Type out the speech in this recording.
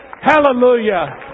Hallelujah